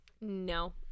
No